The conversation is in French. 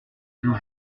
plus